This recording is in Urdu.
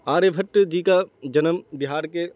آریہ بھٹ جی کا جنم بہار کے